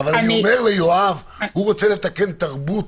אבל אני אומר ליואב, הוא רוצה לתקן תרבות.